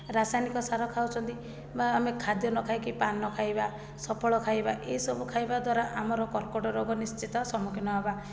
ରାସାୟନିକ ସାର ଖାଉଛନ୍ତି ବା ଆମେ ଖାଦ୍ୟ ନ ଖାଇକି ପାନଖାଇବା ସଫଳ ଖାଇବା ଏସବୁ ଖାଇବା ଦ୍ୱାରା ଆମର କର୍କଟ ରୋଗ ନିଶ୍ଚିତ ସମ୍ମୁଖୀନ ହେବା